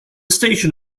station